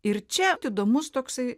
ir čia įdomus toksai